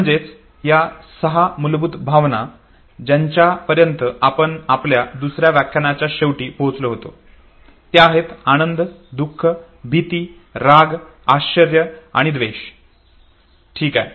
म्हणजेच या सहा मूलभूत भावना ज्यांच्या पर्यंत आपण आपल्या दुसऱ्या व्याख्यानाच्या शेवटी पोहचलो होतो त्या आहेत आनंद दुःख भीती राग आश्चर्य आणि द्वेष ठीक आहे